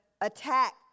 attack